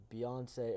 Beyonce